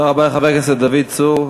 תודה רבה לחבר הכנסת דוד צור.